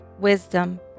wisdom